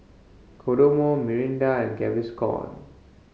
Kodomo Mirinda and Gaviscon